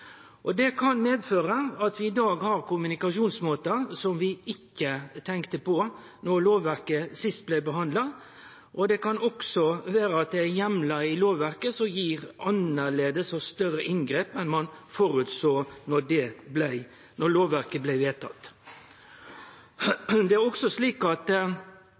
utviklinga. Det kan medføre at vi i dag har kommunikasjonsmåtar som vi ikkje tenkte på då lovverket sist blei behandla, og det kan også vere at det er heimlar i lovverket som gir annleis og større inngrep enn det ein føresåg då lovverket blei vedteke. Trusselbiletet har også utvikla seg slik at